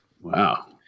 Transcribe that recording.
Wow